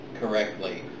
correctly